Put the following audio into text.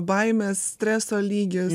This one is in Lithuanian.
baimės streso lygis